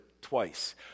twice